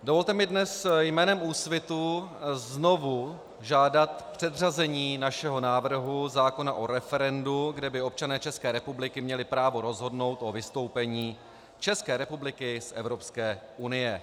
Dovolte mi dnes jménem Úsvitu znovu žádat předřazení našeho návrhu zákona o referendu, kde by občané České republiky měli právo rozhodnout o vystoupení České republiky z Evropské unie.